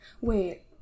wait